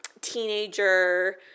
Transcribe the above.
teenager